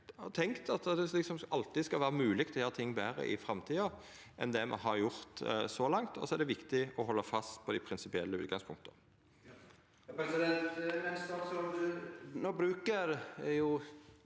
Eg har tenkt at det alltid skal vera mogleg å gjera ting betre i framtida enn det me har gjort så langt, og så er det viktig å halda fast på dei prinsipielle utgangspunkta.